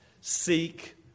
seek